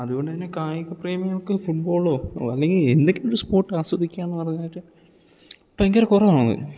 അതുകൊണ്ട് തന്നെ കായിക പ്രേമികൾക്ക് ഫുട്ബോളോ ഓ അല്ലെങ്കിൽ എന്തൊക്കെ ഒരു സ്പോർട്ട് ആസ്വദിക്കുക എന്ന് പറഞ്ഞാൽ ഭയങ്കര കുറവാണ്